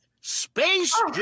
Space